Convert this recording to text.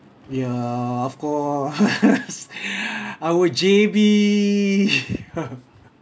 ya of course our J_B